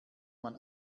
man